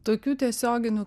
tokių tiesioginių